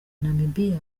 namibiya